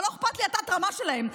אבל לא אכפת לי תת-הרמה שלהם.